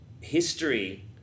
history